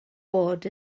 bod